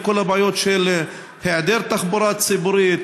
עם כל הבעיות של היעדר תחבורה ציבורית,